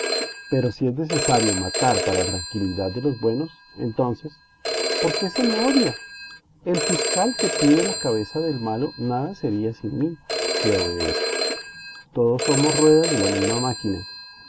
pero si es necesario matar para tranquilidad de los buenos entonces por qué se me odia el fiscal que pide la cabeza del malo nada sería sin mí que obedezco todos somos ruedas de la misma máquina